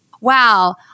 wow